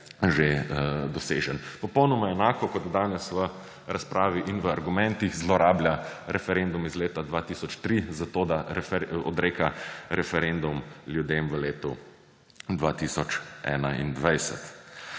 že dosežen. Popolnoma enako kot danes v razpravi in v argumentih zlorablja referendum iz leta 2003, zato da odreka referendum ljudem v letu 2021.